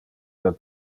del